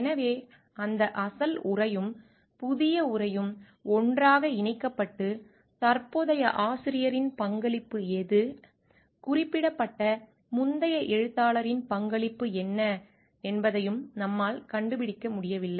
எனவே அந்த அசல் உரையும் புதிய உரையும் ஒன்றாக இணைக்கப்பட்டு தற்போதைய ஆசிரியரின் பங்களிப்பு எது குறிப்பிடப்பட்ட முந்தைய எழுத்தாளரின் பங்களிப்பு என்ன என்பதை நம்மால் கண்டுபிடிக்க முடியவில்லை